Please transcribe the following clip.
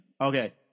Okay